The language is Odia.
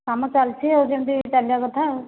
କାମ ଚାଲିଛି ଆଉ ଯେମିତି ଚାଲିବା କଥା ଆଉ